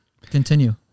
Continue